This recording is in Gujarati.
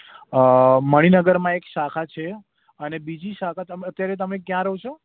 અ મણિનગરમાં એક શાખા છે અને બીજી શાખા તમે અત્યારે તમે ક્યાં રહો છો